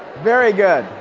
very good.